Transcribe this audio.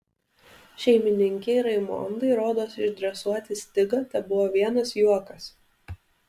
šeimininkei raimondai rodos išdresuoti stigą tebuvo vienas juokas